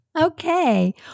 Okay